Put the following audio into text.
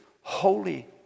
holy